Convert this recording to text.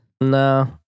No